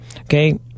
Okay